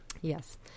yes